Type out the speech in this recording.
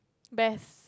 best